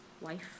wife